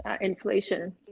inflation